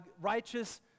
righteous